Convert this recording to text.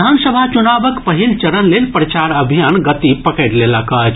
विधानसभा चुनावक पहिल चरण लेल प्रचार अभियान गति पकड़ि लेलक अछि